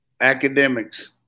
Academics